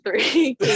three